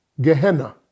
Gehenna